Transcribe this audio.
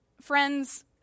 friends